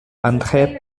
andré